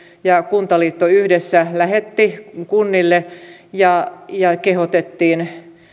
ja kuntaliitto yhdessä lähettivät kunnille ja kehotettiin